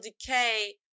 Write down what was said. decay